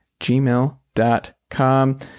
gmail.com